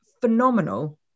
phenomenal